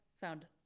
found